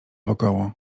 wokoło